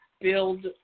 build